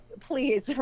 please